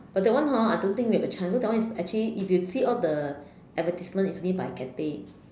but that one hor I don't think we have a chance because that one is actually if you see all the advertisement is made by Cathay